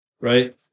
right